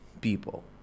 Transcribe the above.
people